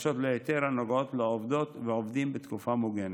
בקשות להיתר הנוגעות לעובדות ועובדים בתקופה מוגנת.